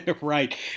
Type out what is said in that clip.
Right